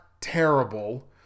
terrible